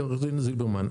עורכת הדין זילברמן,